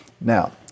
Now